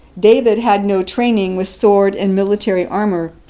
david had no training with sword and military armor.